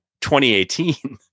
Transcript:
2018